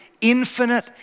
infinite